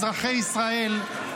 אזרחי ישראל,